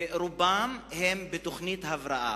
רובם כלולים בתוכנית הבראה.